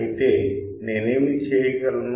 ఐతే నేనేమి చేయగలను